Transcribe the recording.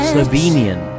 Slovenian